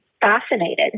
fascinated